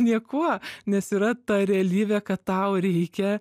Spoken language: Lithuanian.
niekuo nes yra ta realybė kad tau reikia